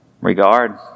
regard